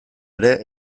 ere